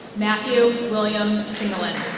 matthew william singlin.